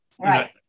Right